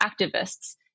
activists